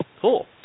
Cool